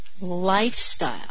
lifestyle